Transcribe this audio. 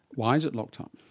why is it locked up?